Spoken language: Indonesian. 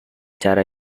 cara